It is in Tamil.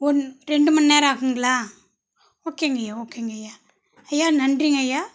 ஒன் ரெண்டு மணிநேரம் ஆகுங்களா ஓகேங்கய்யா ஓகேங்கய்யா ஐயா நன்றிங்க ஐயா